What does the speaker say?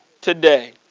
today